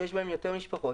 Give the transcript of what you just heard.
שיש בהם יותר משפחות,